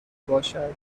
باشد